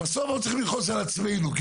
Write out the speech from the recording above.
בסוף אנחנו צריכים לכעוס על עצמנו כי